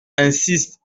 insiste